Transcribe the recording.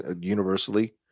universally